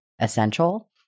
essential